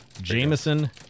Jameson